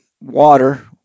water